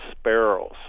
sparrows